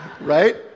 Right